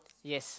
yes